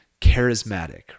charismatic